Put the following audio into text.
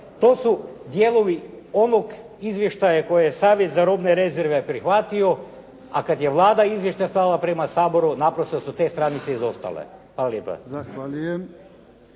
to su dijelovi onog izvještaja koje je Savjet za robne rezerve prihvatio, a kad je Vlada izvještaj slala prema Saboru naprosto su te stranice izostale. Hvala lijepa.